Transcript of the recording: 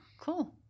cool